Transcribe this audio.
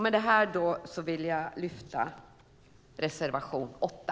Med detta vill jag lyfta fram reservation 8.